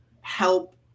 help